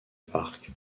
parc